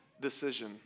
decision